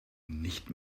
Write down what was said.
nicht